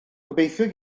gobeithio